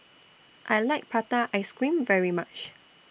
I like Prata Ice Cream very much